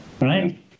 Right